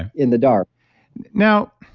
and in the dark now,